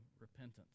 repentance